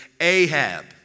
Ahab